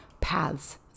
paths